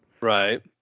Right